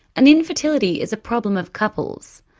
and infertility is a problem of couples.